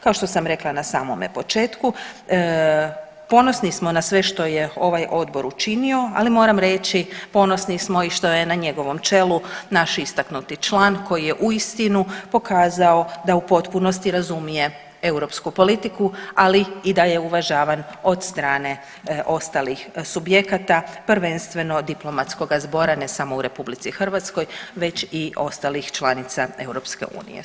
Kao što sam rekla na samome početku ponosni smo na sve što je ovaj Odbor učinio, ali moram reći ponosni smo što je i na njegovom čelu naš istaknuti član koji je uistinu pokazao da u potpunosti razumije europsku politiku, ali i da je uvažavan od strane ostalih subjekata, prvenstveno diplomatskoga zbora ne samo u Republici Hrvatskoj već i ostalih članica Europske unije.